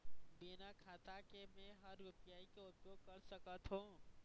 बिना खाता के म हर यू.पी.आई के उपयोग कर सकत हो?